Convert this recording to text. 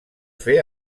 fer